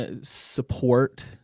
support